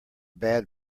bad